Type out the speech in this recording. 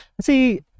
See